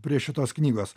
prie šitos knygos